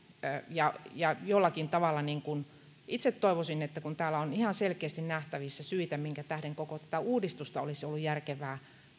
jollakin tavalla itse toivoisin että kun täällä on ihan selkeästi nähtävissä syitä minkä tähden koko tätä uudistusta olisi ollut järkevää